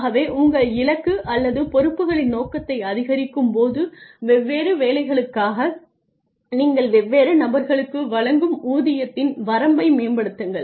ஆகவே உங்கள் இலக்கு அல்லது பொறுப்புகளின் நோக்கத்தை அதிகரிக்கும்போது வெவ்வேறு வேலைகளுக்காக நீங்கள் வெவ்வேறு நபர்களுக்கு வழங்கும் ஊதியத்தின் வரம்பை மேம்படுத்துங்கள்